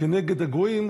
כנגד הגויים,